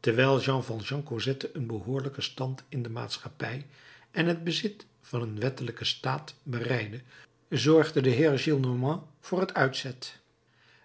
terwijl jean valjean cosette een behoorlijken stand in de maatschappij en het bezit van een wettelijken staat bereidde zorgde de heer gillenormand voor het uitzet